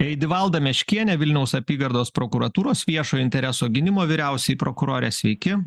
eidivalda meškienė vilniaus apygardos prokuratūros viešojo intereso gynimo vyriausioji prokurorė sveiki